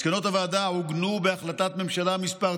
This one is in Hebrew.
מסקנות הוועדה עוגנו בהחלטת ממשלה מס'